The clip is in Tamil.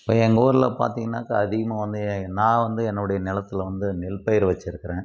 இப்போ எங்கள் ஊர்ல பார்த்திங்கனாக்கா அதிகமாக வந்து நான் வந்து என்னுடைய நிலத்துல வந்து நெல்பயிர் வச்சிருக்கிறேன்